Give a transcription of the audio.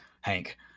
Hank